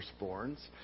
firstborns